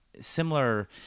similar